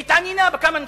והתעניינה בכמה נקודות.